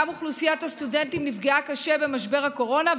גם אוכלוסיית הסטודנטים נפגעה קשה במשבר הקורונה,